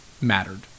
mattered